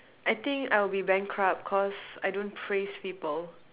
I think I'll be bankrupt cause I don't praise people